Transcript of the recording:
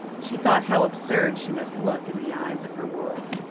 she thought how absurd she must look in the eyes of her world.